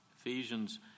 Ephesians